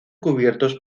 cubiertos